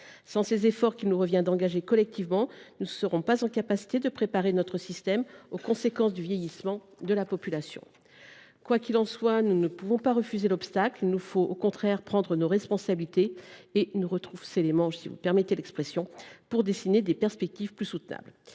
Sans ces efforts qu’il nous revient de fournir collectivement, nous serons incapables de préparer notre système aux conséquences du vieillissement de la population. Quoi qu’il en soit, nous ne pouvons pas refuser l’obstacle. Il nous faut, au contraire, prendre nos responsabilités et nous retrousser les manches pour dessiner des perspectives plus soutenables.